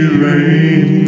rain